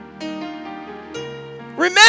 Remember